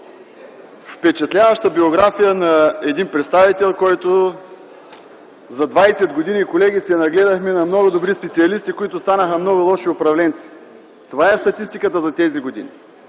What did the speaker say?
Впечатляваща биография на един представител! За 20 години, колеги, се нагледахме на много добри специалисти, които станаха много лоши управленци. Това е статистиката за тези години,